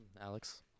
Alex